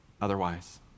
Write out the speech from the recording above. otherwise